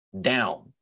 down